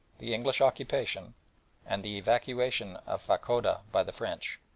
the english occupation and the evacuation of fachoda by the french.